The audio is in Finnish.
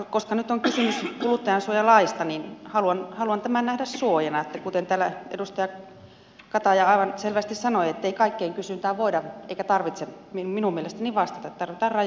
koska nyt on kysymys kuluttajansuojalaista niin haluan tämän nähdä suojana kuten täällä edustaja kataja aivan selvästi sanoi ettei kaikkeen kysyntään voida eikä tarvitse minun mielestäni vastata että tarvitaan rajoja ja rakkautta